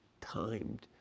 timed